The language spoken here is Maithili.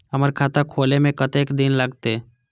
हमर खाता खोले में कतेक दिन लगते?